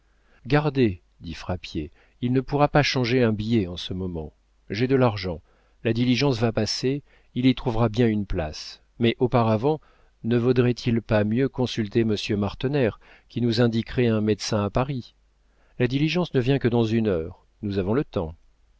gardez dit frappier il ne pourra pas changer un billet en ce moment j'ai de l'argent la diligence va passer il y trouvera bien une place mais auparavant ne vaudrait-il pas mieux consulter monsieur martener qui nous indiquerait un médecin à paris la diligence ne vient que dans une heure nous avons le temps